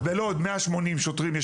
אז בלוד 180 שוטרים,